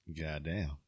Goddamn